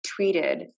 tweeted